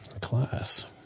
class